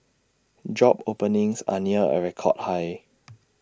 job openings are near A record high